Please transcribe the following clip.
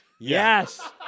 Yes